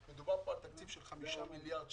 מדובר כאן על תקציב של 5 מיליארד שקלים.